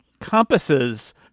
compasses